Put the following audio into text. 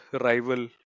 rival